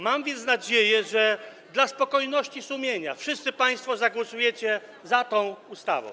Mam więc nadzieję, że dla spokojności sumienia wszyscy państwo zagłosujecie za tą ustawą.